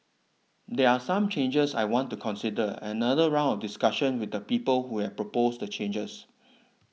there are some changes I want to consider another round of discussion with the people who have proposed the changes